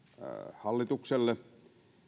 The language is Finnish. hallitukselle